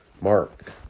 Mark